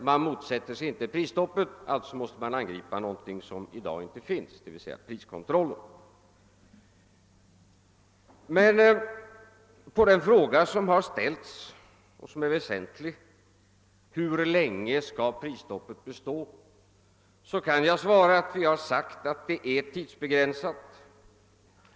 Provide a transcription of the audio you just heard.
Man motsätter sig inte prisstoppet — alltså måste man angripa någonting som inte finns, dvs. priskontrollen. Men på den fråga som har ställts och som är väsentlig — frågan hur länge prisstoppet skall bestå kan jag svara, att vi har sagt att det är tidsbegränsat.